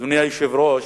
אדוני היושב-ראש,